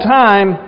time